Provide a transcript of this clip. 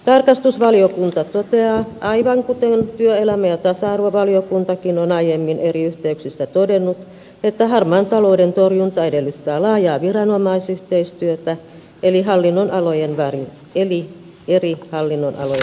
tarkastusvaliokunta toteaa aivan kuten työelämä ja tasa arvovaliokuntakin on aiemmin eri yhteyksissä todennut että harmaan talouden torjunta edellyttää laajaa viranomaisyhteistyötä eri hallinnonalojen välillä